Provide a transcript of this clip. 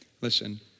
listen